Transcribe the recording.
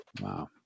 Wow